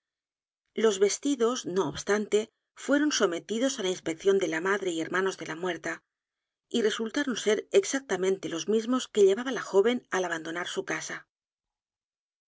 los vestidos no obstante fueron sometidos á la inspección de la madre y hermanos de la muerta y resultaron ser exactamente los mismos que llevaba la joven al abandonar su c